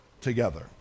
together